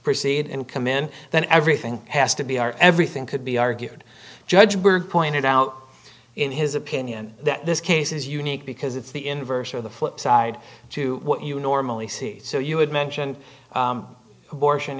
proceed and come in then everything has to be our everything could be argued judge pointed out in his opinion that this case is unique because it's the inverse of the flip side to what you normally see so you would mention abortion